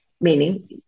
meaning